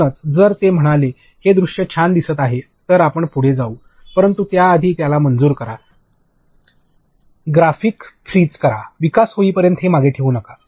म्हणूनच जर ते म्हणाले की हे दृश्य छान दिसत आहे तर आपण पुढे जाऊ परंतु त्याआधी त्याला मंजूर करा ग्राफिक्स फ्रीझ करा विकास होईपर्यंत हे मागे ठेवू नका